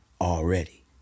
already